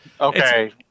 okay